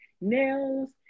nails